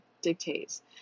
dictates